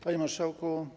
Panie Marszałku!